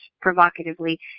provocatively